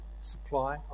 supply